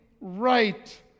right